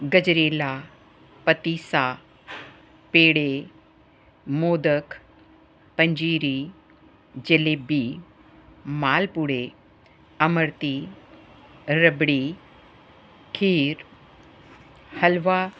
ਗਜ਼ਰੇਲਾ ਪਤੀਸਾ ਪੇੜੇ ਮੋਦਕ ਪੰਜੀਰੀ ਜਲੇਬੀ ਮਾਲਪੂੜੇ ਅਮਰਤੀ ਰਬੜੀ ਖੀਰ ਹਲਵਾ